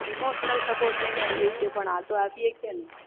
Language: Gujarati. ઈમોશનલ સપોર્ટ નહીં આપી શકીએ પણ આ તો આપી શકીએ ને